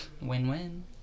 win-win